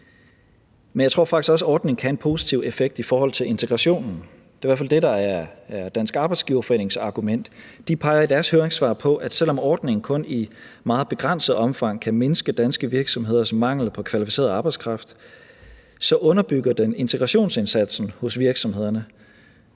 Men jeg tror faktisk også, at ordningen kan have en positiv effekt i forhold til integrationen. Det er i hvert fald det, der er Dansk Arbejdsgiverforenings argument. De peger i deres høringssvar på, at selv om ordningen kun i meget begrænset omfang kan mindske danske virksomheders mangel på kvalificeret arbejdskraft, underbygger den integrationsindsatsen hos virksomhederne,